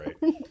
right